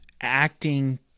acting